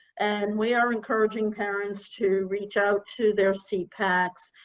and we are encouraging parents to reach out to their sepacs.